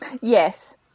Yes